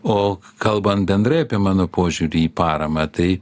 o kalbant bendrai apie mano požiūrį į paramą tai